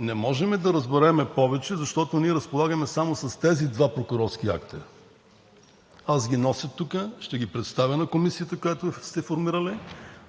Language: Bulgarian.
Не можем да разберем повече, защото ние разполагаме само с тези два прокурорски акта. Аз ги нося тук. Ще ги представя на Комисията, която сте формирали,